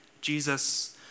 Jesus